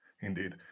indeed